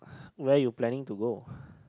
where you planning to go